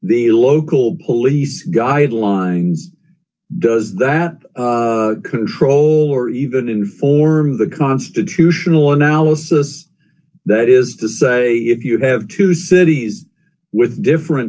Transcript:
the local police guidelines does that troll or even inform the constitutional analysis that is to say if you have two cities with different